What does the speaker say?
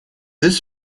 this